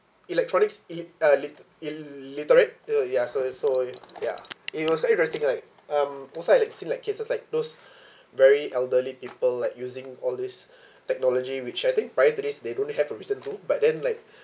electronics i~ uh li~ il~ literate uh ya so so ya it was quite interesting like um also I like seen like cases like those very elderly people like using all these technology which I think prior to this they don't have a reason to but the like